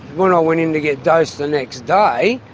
when i went in to get dosed the next day,